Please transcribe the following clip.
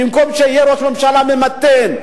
במקום שיהיה ראש ממשלה ממתן,